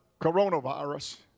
coronavirus